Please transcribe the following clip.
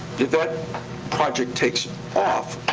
that project takes off,